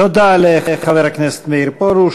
תודה לחבר הכנסת מאיר פרוש.